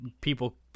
people